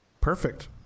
Perfect